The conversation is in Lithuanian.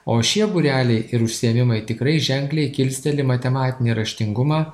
o šie būreliai ir užsiėmimai tikrai ženkliai kilsteli matematinį raštingumą